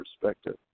perspective